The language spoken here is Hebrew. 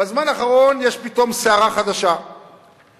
בזמן האחרון יש פתאום סערה חדשה סביב